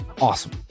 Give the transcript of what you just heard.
awesome